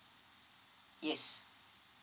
yes